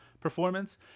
performance